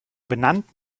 benannt